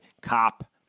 cop